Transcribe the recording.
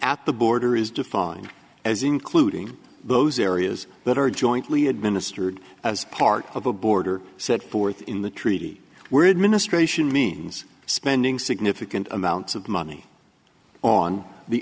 at the border is defined as including those areas that are jointly administered as part of a border set forth in the treaty we're administration means spending significant amounts of money on the